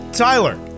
Tyler